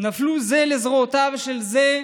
נפלו זה לזרועותיו של זה,